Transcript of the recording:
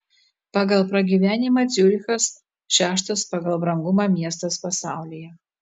pagal pragyvenimą ciurichas šeštas pagal brangumą miestas pasaulyje